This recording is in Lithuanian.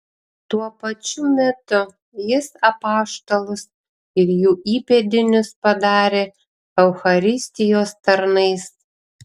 tuo pačiu metu jis apaštalus ir jų įpėdinius padarė eucharistijos tarnais